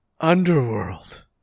Underworld